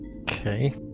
Okay